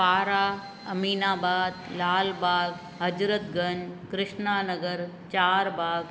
Para Aminabad Lalbagh Hazratganj Krishna Nagar Charbagh